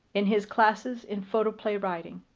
in his classes in photoplay writing.